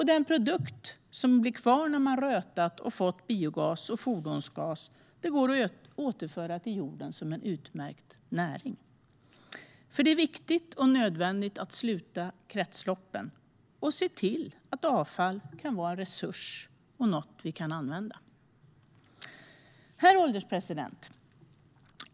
Den produkt som blir kvar när man har rötat och fått ut biogas och fordonsgas går att återföra till jorden som en utmärkt näring. Det är viktigt och nödvändigt att sluta kretsloppen och se till att avfall kan bli en resurs och något vi kan använda. Herr ålderspresident!